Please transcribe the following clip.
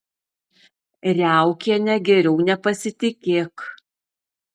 riaukiene geriau nepasitikėk